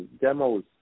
demos